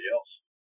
else